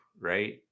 right